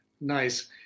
Nice